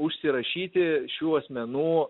užsirašyti šių asmenų